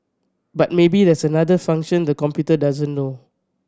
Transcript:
but maybe there's another function the computer doesn't know